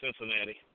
Cincinnati